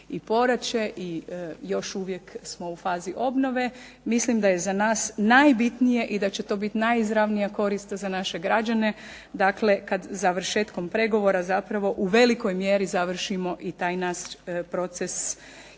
i poraće i još uvijek smo u fazi obnove, mislim da je za najbitnije i da će to biti najizravnija korist za naše građane dakle kad završetkom pregovora zapravo u velikoj mjeri završimo i taj naš proces i